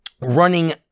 running